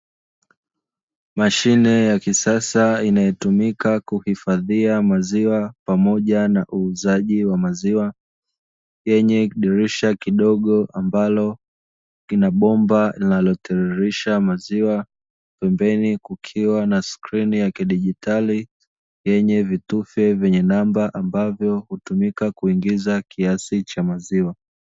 Mashine ya kisasa imetumika kuhifadhia maziwa pamoja na uuzaji wa maziwa, yenye dirisha kidogo ambalo kina bomba linalo tiririsha maziwa. Pembeni kukiwa na skrini ya kidijitali yenye vitufe vyenye namba ambavyo hutumika kuingiza kiasi cha maziwa.